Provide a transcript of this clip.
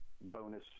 bonus